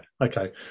okay